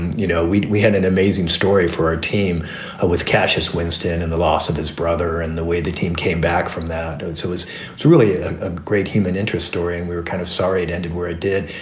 you know, we we had an amazing story for our team with kashish winston and the loss of his brother and the way the team came back from that. and so it was really a ah great human interest story. and we were kind of sorry it ended where it did.